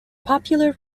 popular